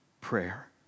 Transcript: prayer